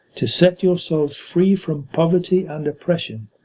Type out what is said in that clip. to set yourselves free from poverty and oppression,